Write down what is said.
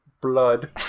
Blood